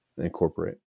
incorporate